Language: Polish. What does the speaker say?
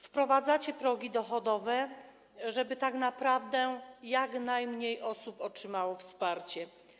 Wprowadzacie progi dochodowe, żeby tak naprawdę jak najmniej osób otrzymało wsparcie.